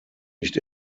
nicht